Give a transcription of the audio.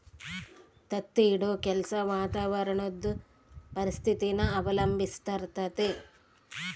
ತತ್ತಿ ಇಡೋ ಕೆಲ್ಸ ವಾತಾವರಣುದ್ ಪರಿಸ್ಥಿತಿನ ಅವಲಂಬಿಸಿರ್ತತೆ